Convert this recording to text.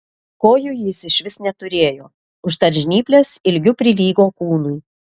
kojų jis išvis neturėjo užtat žnyplės ilgiu prilygo kūnui